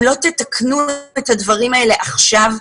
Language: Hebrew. אם לא תתקנו את הדברים האלה עכשיו,